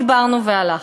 דיברנו והלכנו.